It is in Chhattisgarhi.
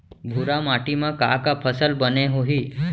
भूरा माटी मा का का फसल बने होही?